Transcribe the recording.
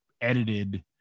edited